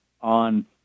on